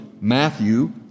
Matthew